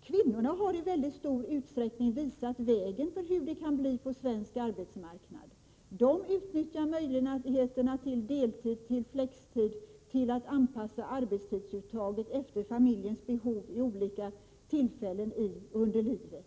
Kvinnorna har i mycket stor utsträckning visat vägen för en utveckling på svensk arbetsmarknad. De utnyttjar möjligheterna till deltid och flextid och till att anpassa arbetstidsuttaget efter familjens behov vid olika tillfällen i livet.